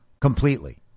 completely